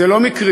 זה לא מקרי.